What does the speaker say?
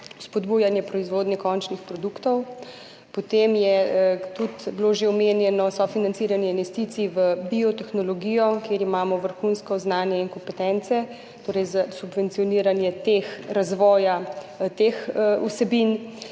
spodbujanje proizvodnje končnih produktov, potem je bilo tudi že omenjeno sofinanciranje investicij v biotehnologijo, kjer imamo vrhunsko znanje in kompetence, torej za subvencioniranje razvoja teh vsebin.